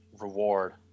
reward